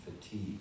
fatigue